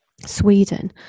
Sweden